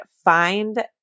find